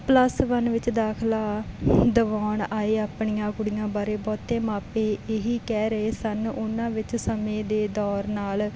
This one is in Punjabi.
ਪਲੱਸ ਵਨ ਵਿੱਚ ਦਾਖਲਾ ਦਵਾਉਣ ਆਏ ਆਪਣੀਆਂ ਕੁੜੀਆਂ ਬਾਰੇ ਬਹੁਤੇ ਮਾਪੇ ਇਹੀ ਕਹਿ ਰਹੇ ਸਨ ਉਹਨਾਂ ਵਿੱਚ ਸਮੇਂ ਦੇ ਦੌਰ ਨਾਲ